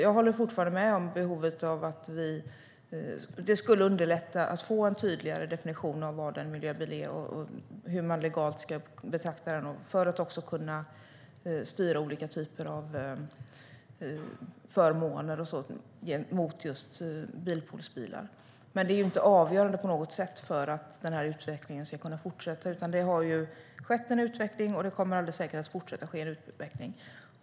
Jag håller med om att det skulle underlätta att få en tydligare definition av vad en miljöbil är och hur man legalt ska betrakta den för att man ska kunna styra olika typer av förmåner mot just bilpoolsbilar. Men det är inte på något sätt avgörande för att utvecklingen ska kunna fortsätta. Det har skett en utveckling, och det kommer alldeles säkert att fortsätta ske en utveckling.